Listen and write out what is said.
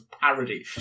parody